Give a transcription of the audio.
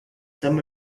some